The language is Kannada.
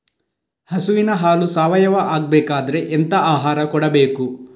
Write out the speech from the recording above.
ಹಸುವಿನ ಹಾಲು ಸಾವಯಾವ ಆಗ್ಬೇಕಾದ್ರೆ ಎಂತ ಆಹಾರ ಕೊಡಬೇಕು?